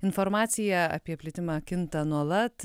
informacija apie plitimą kinta nuolat